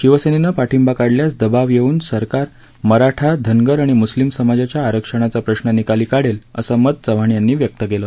शिवसेनेनं पाठिंबा काढल्यास दबाव येऊन सरकार मराठा धनगर आणि मुस्लिम समाजाच्या आरक्षणाचा प्रश्न निकाली काढेल असं मत चव्हाण यांनी व्यक्त केलं